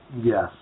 Yes